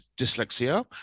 dyslexia